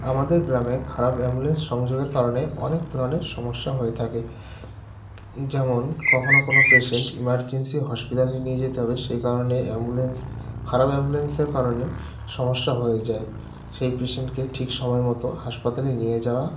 আমাদের গ্রামে খারাপ অ্যাম্বুলেন্স সংযোগের কারণে অনেক প্রাণের সমস্যা হয়ে থাকে যেমন কখনো কোনো পেসেন্ট ইমারজেন্সি হসপিতালে নিয়ে যেতে হবে সেই কারণে অ্যাম্বুলেন্স খারাপ অ্যাম্বুলেন্সের কারণে সমস্যা হয়ে যায় সেই পেসেন্টকে ঠিক সময় মতো হাসপাতালে নিয়ে যাওয়া